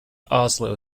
oslo